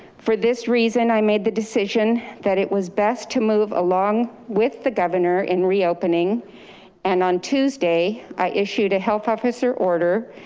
for this reason, i made the decision that it was best to move along with the governor in reopening and on tuesday, i issued a health officer order,